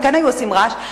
הם כן היו עושים רעש,